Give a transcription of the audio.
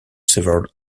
several